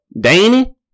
Danny